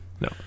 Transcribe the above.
No